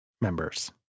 members